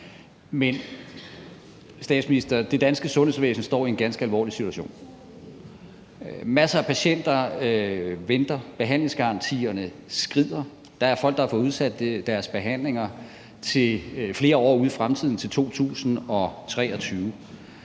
Men, statsminister, det danske sundhedsvæsen står i en ganske alvorlig situation. Masser af patienter venter. Behandlingsgarantierne skrider. Der er folk, der har fået udsat deres behandlinger flere år ud i fremtiden til 2023.